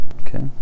Okay